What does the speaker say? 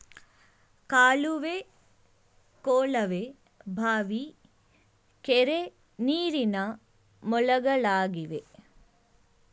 ಕಾಲುವೆ, ಕೊಳವೆ ಬಾವಿ, ಕೆರೆ, ನೀರಿನ ಮೂಲಗಳಾಗಿವೆ